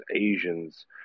Asians